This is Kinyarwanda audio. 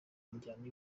injyana